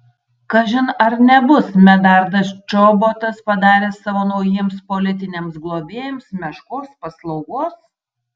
kažin ar nebus medardas čobotas padaręs savo naujiems politiniams globėjams meškos paslaugos